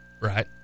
right